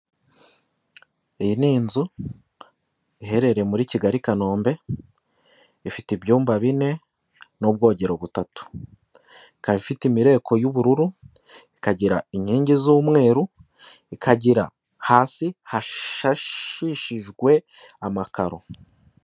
Iyi ni inzu iherereye muri Kigali, kanombe ifite ibyumba bine n'ubwogero butatu. Ikaba ifite imireko y'ubururu, ikagira inkingi z'umweru ikagira hasi hashashishijwe amakaro.